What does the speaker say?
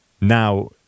now